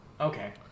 Okay